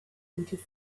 into